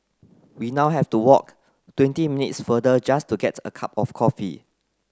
we now have to walk twenty minutes further just to get a cup of coffee